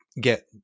get